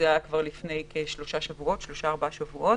לפני כשלושה או ארבעה שבועות,